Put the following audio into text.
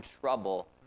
trouble